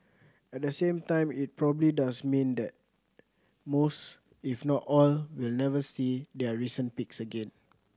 at the same time it probably does mean that most if not all will never see their recent peaks again